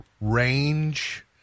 range